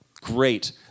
Great